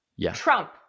trump